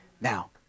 Now